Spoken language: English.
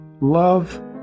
love